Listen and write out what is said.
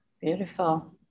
Beautiful